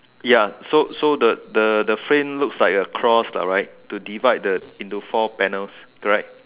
ya so so the the the frame looks like a cross lah right to divide the into four panels correct